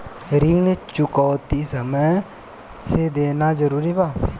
ऋण चुकौती समय से देना जरूरी बा?